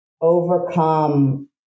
overcome